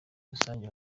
rusange